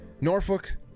Norfolk